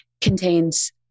contains